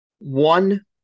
One